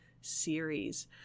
series